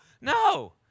No